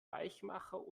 weichmacher